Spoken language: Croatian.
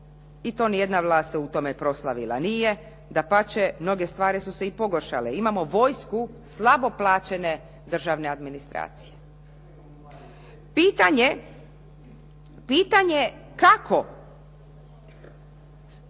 i to niti jedna vlast se u tome proslavila nije, dapače, mnoge stvari su se i pogoršale, imamo vojsku slabo plaćene državne administracije. Pitanje kako